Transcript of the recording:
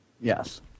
Yes